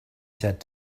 said